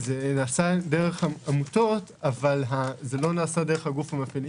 זה נעשה דרך העמותות אבל לא דרך הגוף המפעיל.